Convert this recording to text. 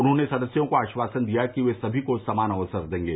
उन्होंने सदस्यों को आश्वासन दिया कि ये सभी को समान अवसर देंगे